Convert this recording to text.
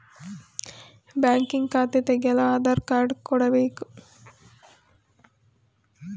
banking ಖಾತೆ ತೆಗೆಯಲು Aadhaar card ಕೊಡಬೇಕು